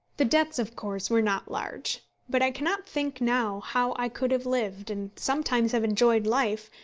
the debts, of course, were not large, but i cannot think now how i could have lived, and sometimes have enjoyed life,